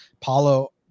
Paulo